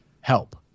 help